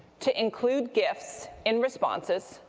to include gifs in responses,